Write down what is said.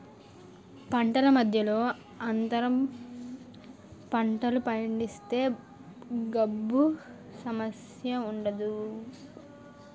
పంటల మధ్యలో అంతర పంటలు పండిస్తే గాబు సమస్య ఉండదు